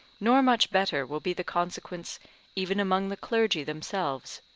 nor much better will be the consequence even among the clergy themselves.